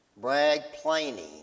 brag-plaining